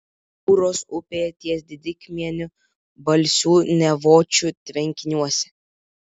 jūros upėje ties didkiemiu balsių nevočių tvenkiniuose